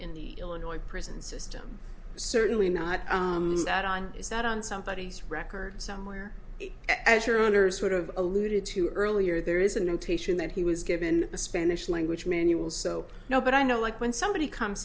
in the illinois prison system certainly not that i'm is that on somebody who's record somewhere as your owner's sort of alluded to earlier there is a notation that he was given a spanish language manual so no but i know like when somebody comes